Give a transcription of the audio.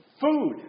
food